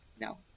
No